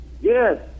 Yes